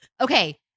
okay